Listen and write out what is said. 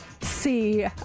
see